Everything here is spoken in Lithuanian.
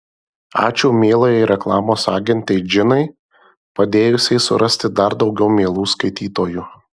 ačiū mielajai reklamos agentei džinai padėjusiai surasti dar daugiau mielų skaitytojų